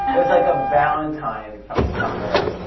it was like a valentine from summer,